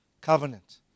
Covenant